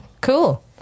Cool